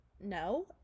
no